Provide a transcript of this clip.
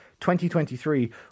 2023